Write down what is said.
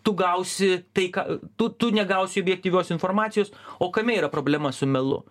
tu gausi tai ką tu tu negausi objektyvios informacijos o kame yra problema su melu